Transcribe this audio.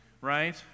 right